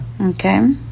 Okay